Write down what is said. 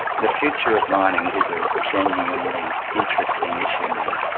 the future of mining is a genuinely interesting issue now.